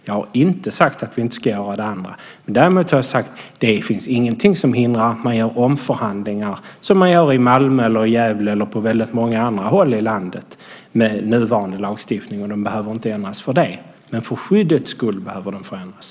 Jag har inte sagt att vi inte ska göra det andra. Däremot har jag sagt: Det finns ingenting som hindrar att man gör omförhandlingar, som man gör i Malmö, i Gävle eller på väldigt många andra håll i landet, med nuvarande lagstiftning. Den behöver inte ändras för det. Men för skyddets skull behöver den förändras.